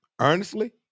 Earnestly